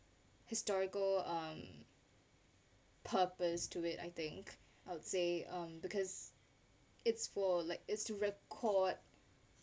historical um purpose to it I think I would say um because it's for like it's to record